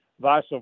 vice